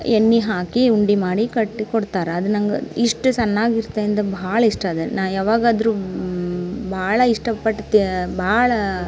ಎಣ್ಣೆ ಹಾಕಿ ಉಂಡೆ ಮಾಡಿ ಕಟ್ಟಿ ಕೊಡ್ತಾರೆ ಅದು ನಂಗೆ ಇಷ್ಟ ಚೆನ್ನಾಗ್ ಇರ್ತೆ ಅಂದು ಭಾಳ ಇಷ್ಟ ಅದು ನಾ ಯಾವಾಗಾದರೂ ಭಾಳ ಇಷ್ಟಪಡ್ತೆ ಭಾಳಾ